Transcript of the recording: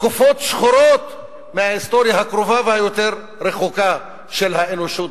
תקופות שחורות מההיסטוריה הקרובה והיותר-רחוקה של האנושות.